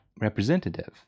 representative